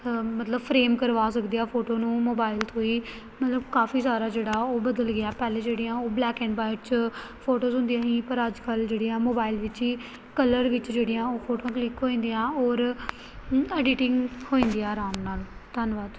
ਮਤਲਬ ਫਰੇਮ ਕਰਵਾ ਸਕਦੇ ਆ ਫੋਟੋ ਨੂੰ ਮੋਬਾਇਲ ਤੋਂ ਹੀ ਮਤਲਬ ਕਾਫੀ ਸਾਰਾ ਜਿਹੜਾ ਉਹ ਬਦਲ ਗਿਆ ਪਹਿਲਾਂ ਜਿਹੜੀਆਂ ਉਹ ਬਲੈਕ ਐਂਡ ਵਾਈਟ 'ਚ ਫੋਟੋਜ਼ ਹੁੰਦੀਆਂ ਸੀ ਪਰ ਅੱਜ ਕੱਲ੍ਹ ਜਿਹੜੇ ਆ ਮੋਬਾਈਲ ਵਿੱਚ ਹੀ ਕਲਰ ਵਿੱਚ ਜਿਹੜੀਆਂ ਉਹ ਫੋਟੋਆਂ ਕਲਿੱਕ ਹੋ ਜਾਂਦੀਆਂ ਔਰ ਹੂੰ ਅਡੀਟਿੰਗ ਹੋ ਜਾਂਦੀਆਂ ਆਰਾਮ ਨਾਲ ਧੰਨਵਾਦ